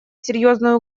серьезную